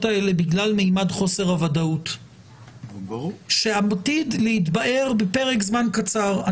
האלה בגלל ממד חוסר הוודאות שעתיד להתבהר בפרק זמן קצר.